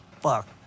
Fuck